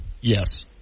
Yes